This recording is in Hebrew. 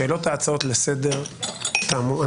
שאלות והצעות לסדר תמו.